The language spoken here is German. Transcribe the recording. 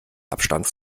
abstand